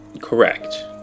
Correct